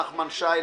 נחמן שי,